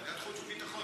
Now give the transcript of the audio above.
ועדת חוץ וביטחון